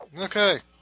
Okay